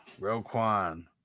Roquan